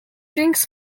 drinks